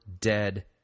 dead